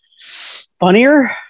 Funnier